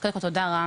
אז קודם כל תודה רם,